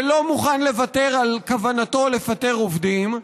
ולא מוכן לוותר על כוונתו לפטר עובדים,